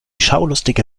schaulustige